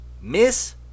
Miss